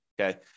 okay